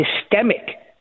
systemic